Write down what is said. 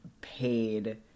paid